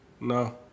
No